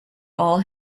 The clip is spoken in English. all